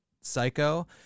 psycho